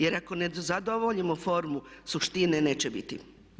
Jer ako ne zadovoljimo formu suštine neće biti.